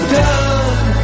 done